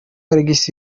alex